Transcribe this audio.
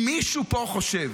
אם מישהו פה חושב